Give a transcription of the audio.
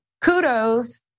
kudos